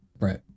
Right